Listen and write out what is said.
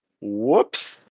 Whoops